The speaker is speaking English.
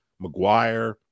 McGuire